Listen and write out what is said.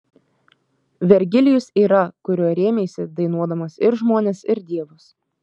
vergilijus yra kuriuo rėmeisi dainuodamas ir žmones ir dievus